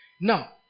Now